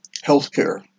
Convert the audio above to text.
healthcare